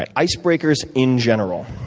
ah icebreakers in general.